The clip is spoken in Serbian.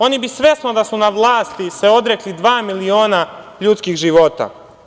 Oni bi svesno, da su na vlasti, se odrekli dva miliona ljudskih života.